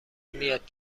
میاید